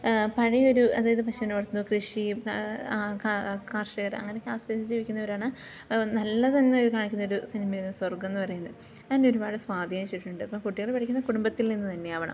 പഴയൊരു അതായത് പശുവിനെ വളർത്തുന്നു കൃഷിയും കർഷകർ അങ്ങനെയൊക്കെ ആശ്രയിച്ച് ജീവിക്കുന്നവരാണ് നല്ലതെന്ന് ഒരു കാണിക്കുന്ന ഒരു സിനിമ സ്വർഗ്ഗം എന്നു പറയുന്നത് അതു തന്നെ ഒരുപാട് സ്വാധീനിച്ചിട്ടുണ്ട് അപ്പം കുട്ടികൾ പഠിക്കുന്നത് കുടുംബത്തിൽ നിന്നു തന്നെയാകണം